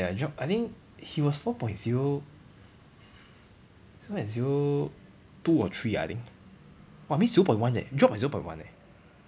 ya drop I think he was four point zero zero two or three ah I think !wah! means zero point eh drop by zero point one eh